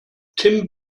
tim